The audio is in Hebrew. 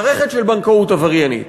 מערכת של בנקאות עבריינית.